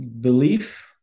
belief